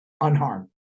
unharmed